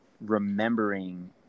remembering